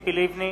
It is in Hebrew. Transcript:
ציפי לבני,